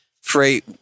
Freight